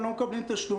הם לא מקבלים תשלום,